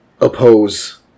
oppose